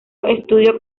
estudio